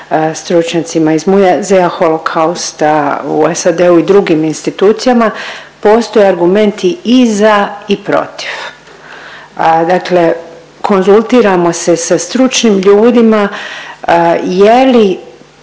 stručnjacima iz Muzeja Holokausta u SAD-u i drugim institucijama, postoje argumenti i za i protiv. Dakle konzultiramo se sa stručnim ljudima je li